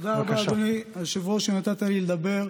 תודה רבה, אדוני היושב-ראש, שנתת לי לדבר.